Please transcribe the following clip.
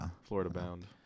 Florida-bound